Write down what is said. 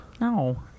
No